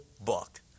book